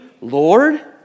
Lord